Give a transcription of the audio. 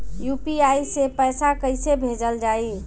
UPI से पैसा कइसे भेजल जाई?